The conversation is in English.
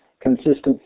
consistent